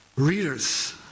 Readers